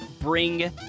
bring